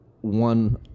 one